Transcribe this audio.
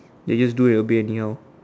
they just do it a bit anyhow